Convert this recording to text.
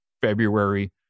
February